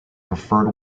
preferred